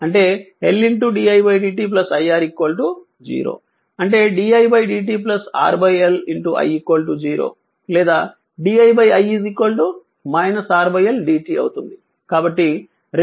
అంటే L di dt i R 0 అంటే di dt R L i 0 లేదా di i R L dt అవుతుంది